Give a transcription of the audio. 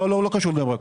לא, לא קשור בני ברק.